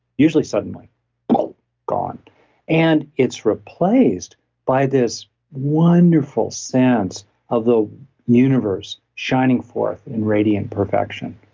usually suddenly but gone and it's replaced by this wonderful sense of the universe shining forth in radiant perfection,